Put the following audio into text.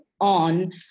on